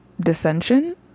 dissension